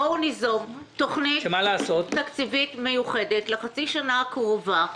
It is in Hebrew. בואו ניזום תכנית תקציבית מיוחדת לחצי השנה הקרובה,